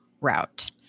route